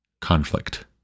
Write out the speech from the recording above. conflict